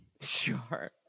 Sure